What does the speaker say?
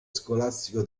scolastico